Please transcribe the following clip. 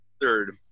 third